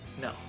No